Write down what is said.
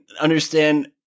understand